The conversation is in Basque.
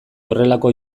horrelako